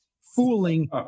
fooling